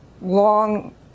long